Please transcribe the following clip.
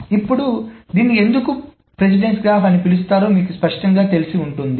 ఇప్పుడు దీనిని ఎందుకు ప్రాధాన్యత గ్రాఫ్ అని పిలుస్తారో మీకు స్పష్టంగా తెలిసి ఉంటుంది